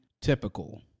typical